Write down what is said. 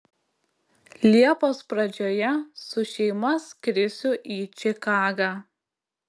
liepos pradžioje su šeima skrisiu į čikagą